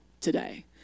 today